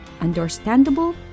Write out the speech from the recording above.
understandable